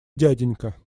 дяденька